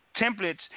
templates